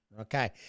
Okay